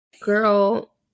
Girl